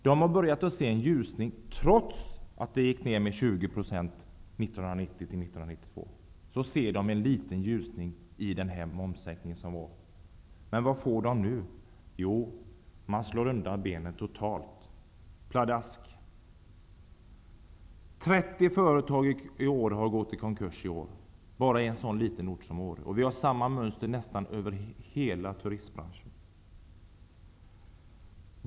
Den har börjat se en ljusning, trots en nedgång med 20 % från 1990 till 1992. Man såg en liten ljusning i den momssänkning som gjordes. Men vad får den nu? Man slår undan benen totalt -- 30 företag har gått i konkurs i år bara i en sådan liten ort som Åre. Vi har samma mönster inom nästan hela turistbranschen.